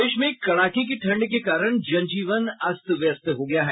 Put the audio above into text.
प्रदेश में कड़ाके की ठंड के कारण जनजीवन अस्त व्यस्त हो गया है